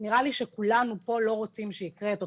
נראה לי שכולנו פה לא רוצים שיקרה אותו